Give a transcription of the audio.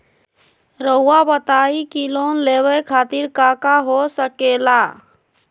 रउआ बताई की लोन लेवे खातिर काका हो सके ला?